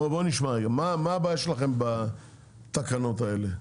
בואו נשמע מה הבעיה שלכם בתקנות האלה?